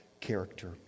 character